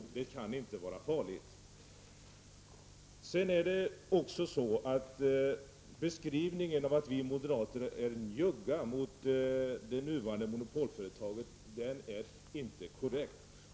Det kan inte vara farligt. Beskrivningen av att vi moderater är njugga mot det nuvarande monopolföretaget är inte korrekt.